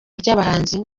ry’abahanzi